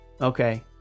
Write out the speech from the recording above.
Okay